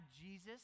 Jesus